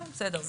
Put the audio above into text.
כן, בסדר.